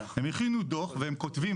הם הכינו דו"ח והם כותבים,